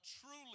truly